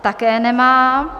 Také nemá.